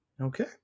Okay